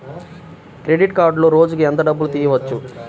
Credit కార్డులో రోజుకు ఎంత డబ్బులు తీయవచ్చు?